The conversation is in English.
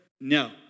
No